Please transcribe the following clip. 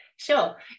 sure